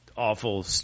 Awful